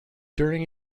during